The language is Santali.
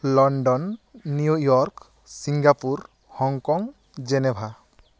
London New York Singapore Hong Kong Geneva